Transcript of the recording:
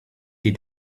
did